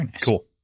cool